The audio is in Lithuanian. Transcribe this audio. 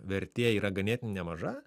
vertė yra ganėtin nemaža